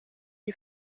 die